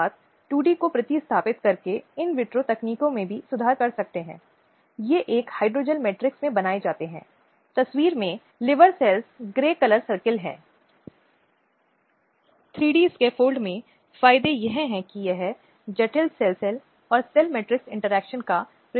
आम तौर पर अगर हम उन गैर सरकारी संगठनों को देखते हैं जो संचालित हो रहे हैं तो ज़मीनी स्तर के गैर सरकारी संगठन हैं महिला रक्षा करने वाले समूह हैं और अंतरराष्ट्रीय गैर सरकारी संगठन भी हैं